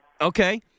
Okay